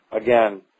Again